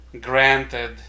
granted